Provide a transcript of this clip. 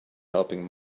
helping